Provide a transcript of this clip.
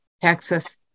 texas